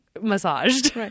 massaged